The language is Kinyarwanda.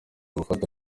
gufata